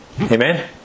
Amen